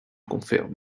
confère